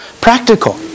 Practical